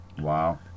Wow